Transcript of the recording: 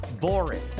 boring